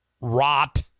Rot